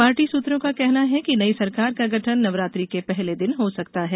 party सूत्रों का कहना है कि नई सरकार का गठन नवरात्रि के पहले दिन हो सकता है